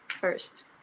first